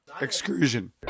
Excursion